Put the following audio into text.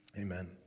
amen